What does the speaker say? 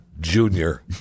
junior